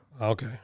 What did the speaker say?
Okay